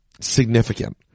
significant